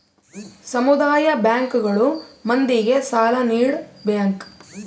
ಸಮುದಾಯ ಬ್ಯಾಂಕ್ ಗಳು ಮಂದಿಗೆ ಸಾಲ ನೀಡ ಬ್ಯಾಂಕ್